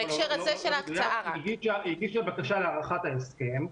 היא הגישה בקשה להארכת ההסכם.